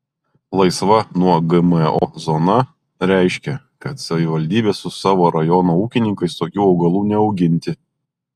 laisva nuo gmo zona reiškia kad savivaldybė su savo rajono ūkininkais tokių augalų neauginti